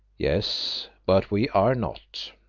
yes, but we are not,